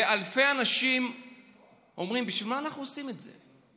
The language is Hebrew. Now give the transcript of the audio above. ואלפי אנשים אומרים: בשביל מה אנחנו עושים את זה?